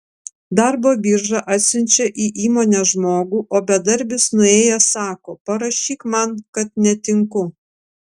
darbo birža atsiunčia į įmonę žmogų o bedarbis nuėjęs sako parašyk man kad netinku